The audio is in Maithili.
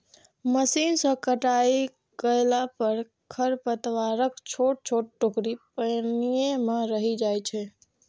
मशीन सं कटाइ कयला पर खरपतवारक छोट छोट टुकड़ी पानिये मे रहि जाइ छै